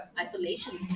isolation